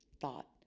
thought